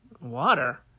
Water